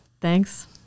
Thanks